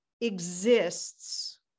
exists